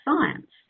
science